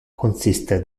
consiste